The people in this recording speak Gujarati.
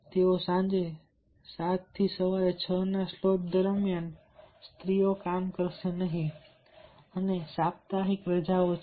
તેઓ સાંજે 7 થી સવારે 6 ના આ સ્લોટ દરમિયાન કામ કરશે નહીં અને સાપ્તાહિક રજાઓ છે